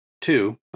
two